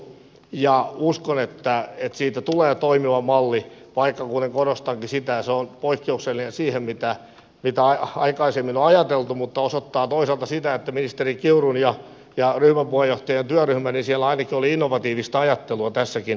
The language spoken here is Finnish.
uskon että siitä tulee toimiva malli vaikka kuten korostankin sitä se on poikkeuksellinen siihen nähden mitä aikaisemmin on ajateltu mutta osoittaa toisaalta sitä että ministeri kiurun ja ryhmäpuheenjohtajien työryhmässä ainakin oli innovatiivista ajattelua tässäkin asiassa